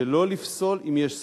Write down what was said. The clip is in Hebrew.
שלא לפסול אם יש ספק.